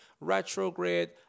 retrograde